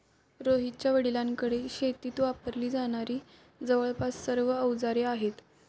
रोहितच्या वडिलांकडे शेतीत वापरली जाणारी जवळपास सर्व अवजारे आहेत